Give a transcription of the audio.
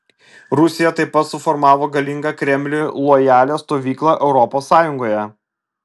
rusija taip pat suformavo galingą kremliui lojalią stovyklą europos sąjungoje